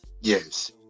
yes